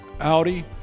Audi